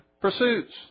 pursuits